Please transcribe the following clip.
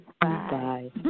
Bye